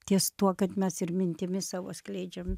ties tuo kad mes ir mintimis savo skleidžiam